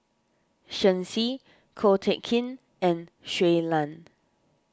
Shen Xi Ko Teck Kin and Shui Lan